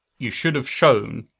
you should have shown